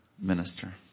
minister